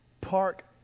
park